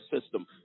system